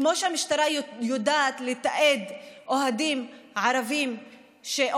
כמו שהמשטרה יודעת לתעד אוהדים ערבים או